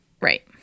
right